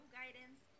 guidance